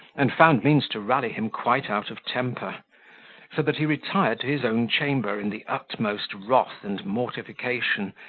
and found means to rally him quite out of temper so that he retired to his own chamber in the utmost wrath and mortification,